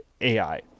AI